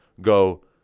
go